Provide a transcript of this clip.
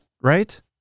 right